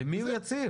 בפני מי הוא יצהיר?